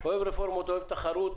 אוהב רפורמות, אוהב תחרות